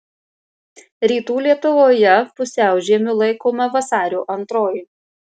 rytų lietuvoje pusiaužiemiu laikoma vasario antroji